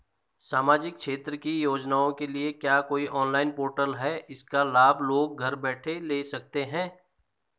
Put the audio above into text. सामाजिक क्षेत्र की योजनाओं के लिए क्या कोई ऑनलाइन पोर्टल है इसका लाभ लोग घर बैठे ले सकते हैं?